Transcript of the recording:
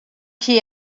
que